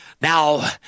now